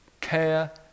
care